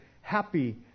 happy